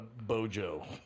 bojo